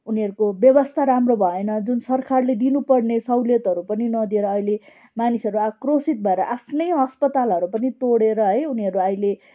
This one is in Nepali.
उनीहरूको व्यवस्था राम्रो भएन जुन सरकारले दिनुपर्ने सहुलियतहरू पनि नदिएर अहिले मानिसहरू आक्रोशित भएर आफ्नै अस्पतालहरू पनि तोडेर है उनीहरू अहिले